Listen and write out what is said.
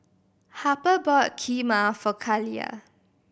Harper bought Kheema for Kaliyah